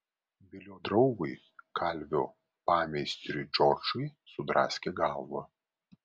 bilio draugui kalvio pameistriui džordžui sudraskė galvą